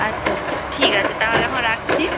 আচ্ছা আচ্ছা ঠিক আছে তাহলে এখন রাখছি